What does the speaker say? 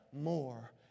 more